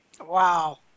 Wow